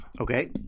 okay